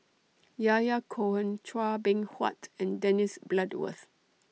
Yahya Cohen Chua Beng Huat and Dennis Bloodworth